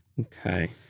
Okay